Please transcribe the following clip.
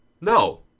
no